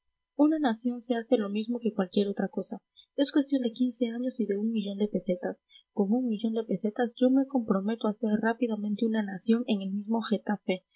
una nación se hace lo mismo que cualquier otra cosa es cuestión de quince años y de un millón de pesetas con un millón de pesetas yo me comprometo a hacer rápidamente una nación en el mismo getafe